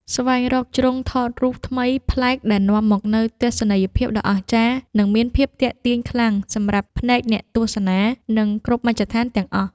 ស្វែងរកជ្រុងថតរូបថ្មីប្លែកដែលនាំមកនូវទស្សនីយភាពដ៏អស្ចារ្យ និងមានភាពទាក់ទាញខ្លាំងសម្រាប់ភ្នែកអ្នកទស្សនា និងគ្រប់មជ្ឈដ្ឋានទាំងអស់។